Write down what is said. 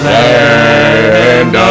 land